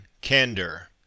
candor